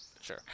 Sure